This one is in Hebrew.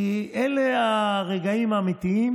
כי אלה הרגעים האמיתיים